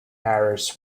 bearers